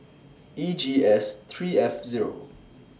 E G S three F Zero